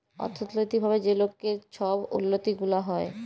অথ্থলৈতিক ভাবে যে লকের ছব উল্লতি গুলা হ্যয়